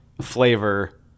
flavor